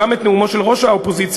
גם את נאומו של ראש האופוזיציה,